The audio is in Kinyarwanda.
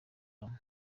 hamwe